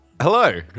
hello